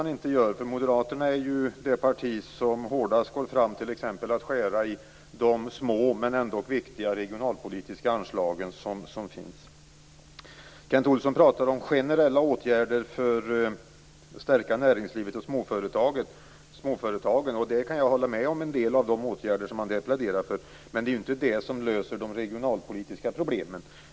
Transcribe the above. Moderaterna är ju det parti som hårdast går fram när det gäller att skära i de små men ändå viktiga regionalpolitiska anslag som finns. Kent Olsson pratar om generella åtgärder för att stärka näringslivet och småföretagen. Jag kan instämma i en del av de åtgärder som han pläderar för, men det ju inte dessa som löser de regionalpolitiska problemen.